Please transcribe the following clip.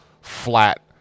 flat